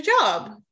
job